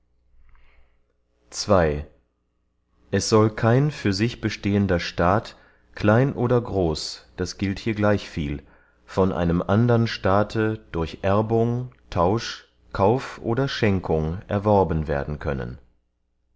es soll kein für sich bestehender staat klein oder groß das gilt hier gleichviel von einem andern staate durch erbung tausch kauf oder schenkung erworben werden können